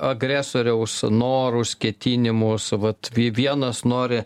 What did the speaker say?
agresoriaus norus ketinimus vat vienas nori